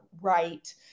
right